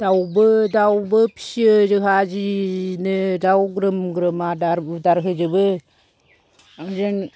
दावबो दावबो फियो जोंहा जिनो दाव ग्रोम ग्रोम आदार उदार होजोबो जों